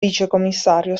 vicecommissario